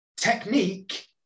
technique